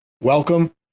welcome